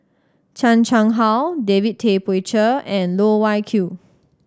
Chan Chang How David Tay Poey Cher and Loh Wai Kiew